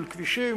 של כבישים,